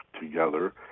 together